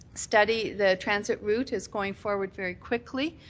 study, the transit route, is going forward very quickly.